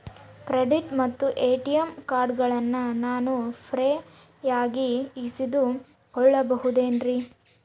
Credit ಮತ್ತ ATM ಕಾರ್ಡಗಳನ್ನ ನಾನು ಫ್ರೇಯಾಗಿ ಇಸಿದುಕೊಳ್ಳಬಹುದೇನ್ರಿ?